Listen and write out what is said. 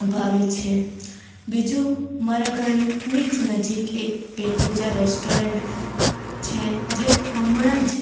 ભાવે છે બીજું મારા ઘરની જ નજીક એક પેટપૂજા રેસ્ટોરન્ટ છે જે હમણાં જ